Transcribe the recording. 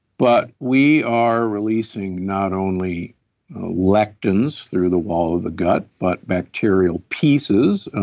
but we are releasing not only lectins through the wall of the gut, but bacterial pieces,